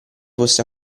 fosse